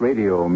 Radio